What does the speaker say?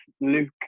Luke